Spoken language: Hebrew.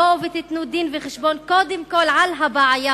בואו ותיתנו דין-וחשבון קודם כול על הבעיה,